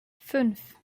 fünf